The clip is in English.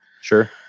sure